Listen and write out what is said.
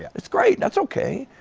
it is great, that's okay.